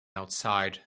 outside